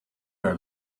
are